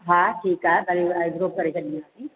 हा ठीकु आहे पहिरीं आइब्रो करे छॾींदासीं